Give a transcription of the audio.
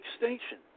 extinction